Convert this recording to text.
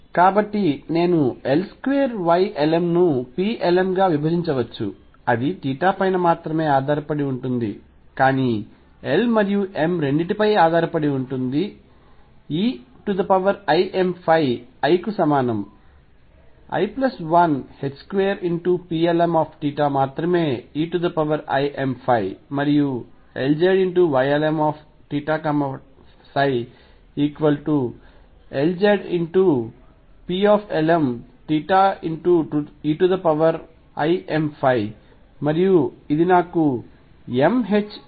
కాబట్టి నేను L2 Ylm ను Plm గా విభజించవచ్చు అది పైన మాత్రమే ఆధారపడి ఉంటుంది కానీ L మరియు m రెండింటిపై ఆధారపడి ఉంటుంది eimϕ l కు సమానం l 1 2Plmθ మాత్రమే eimϕ మరియు Lz Ylmθϕ Lz Plmθ eimϕ మరియు అది నాకు mℏYlmθϕ ఇస్తుంది